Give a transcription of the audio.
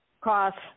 cost